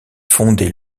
fondée